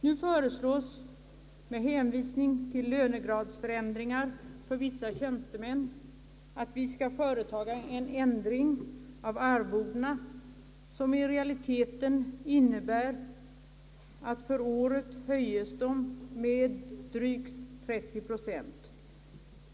Nu föreslås med hänvisning till lönegradsförändringar för vissa tjänstemän att vi skall företaga en ändring av arvodena, som i realiteten innebär att för året höjes dessa med 30 procent.